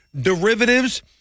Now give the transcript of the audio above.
Derivatives